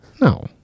No